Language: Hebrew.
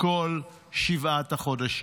כל שבעת החודשים.